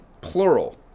plural